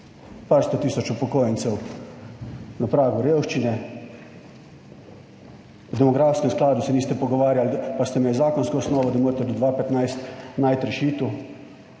sto tisoč upokojencev na pragu revščine, v demografskem skladu se niste pogovarjali, pa ste imeli zakonsko osnovo, da morate do 2015 50.